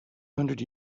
hundred